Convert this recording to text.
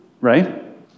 right